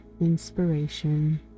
inspiration